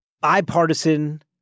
bipartisan